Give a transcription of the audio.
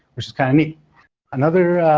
which is kind of neat another